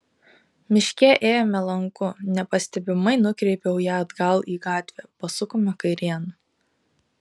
miške ėjome lanku nepastebimai nukreipiau ją atgal į gatvę pasukome kairėn